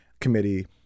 Committee